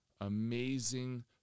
amazing